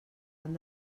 van